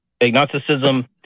Agnosticism